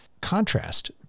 contrast